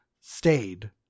stayed